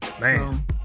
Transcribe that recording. Man